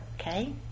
okay